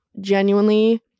genuinely